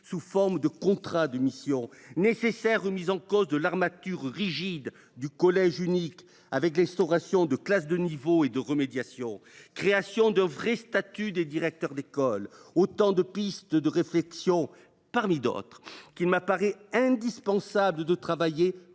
sous forme de contrats de mission ; nécessaire remise en cause de l’armature rigide du collège unique, avec l’instauration de classes de niveau et de remédiation ; création de vrais statuts des directeurs d’école : autant de pistes de réflexion, parmi d’autres, sur lesquelles il me paraît indispensable de travailler